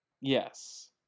Yes